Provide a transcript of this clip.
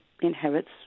inherits